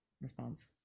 response